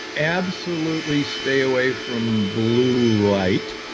absolutely stay away from blue light.